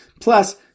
plus